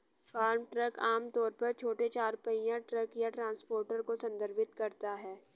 farm truck आम तौर पर छोटे चार पहिया ट्रक या ट्रांसपोर्टर को संदर्भित करता है